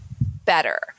better